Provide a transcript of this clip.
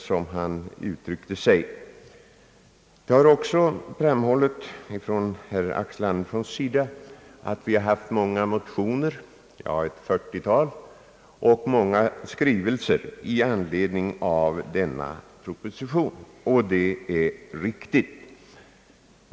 Det är riktigt som herr Axel Andersson sade, att vi i utskottet har haft att ta ställning till många motioner — ett 40-tal — och många skrivelser i anledning av propositionen.